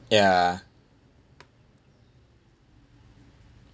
ya